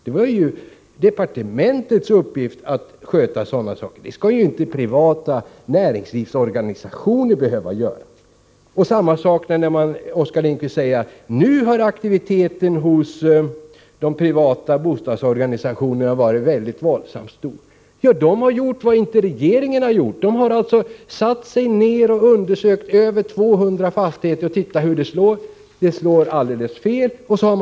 Det är departementets uppgift att sköta sådana saker. Det skall inte privata näringslivsorganisationer behöva göra. Oskar Lindkvist sade också: Nu har aktiviteten hos de privata bostadsorganisationerna varit våldsamt stor. Ja, de har gjort vad regeringen inte gjorde. De har satt sig ner och undersökt hur skatten skulle slå för över 200 fastigheter. När de fann att utfallet skulle bli alldeles fel, slog de larm.